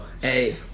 hey